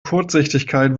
kurzsichtigkeit